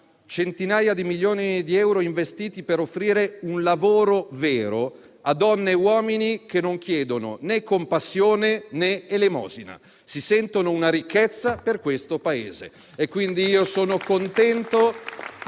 centinaia di milioni di euro investiti per offrire un lavoro vero a donne e uomini che non chiedono compassione, né elemosina e che si sentono una ricchezza per questo Paese.